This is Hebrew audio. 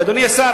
ואדוני השר,